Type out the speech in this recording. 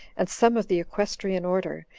and some of the equestrian order,